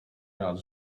rád